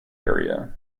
area